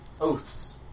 Oaths